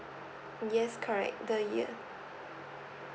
yes correct the year